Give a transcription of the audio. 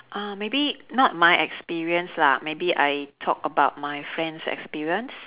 uh maybe not my experience lah maybe I talk about my friend's experience